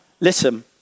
listen